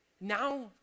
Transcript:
now